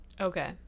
Okay